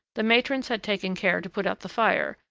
the matrons had taken care to put out the fire,